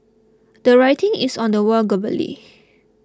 the writing is on the wall globally